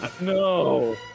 No